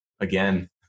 again